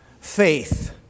faith